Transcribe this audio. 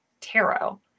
tarot